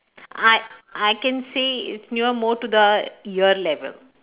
I I can say it near more to the ear level